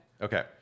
Okay